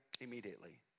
immediately